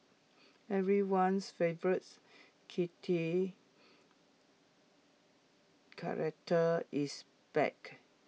everyone's favourites kitty character is back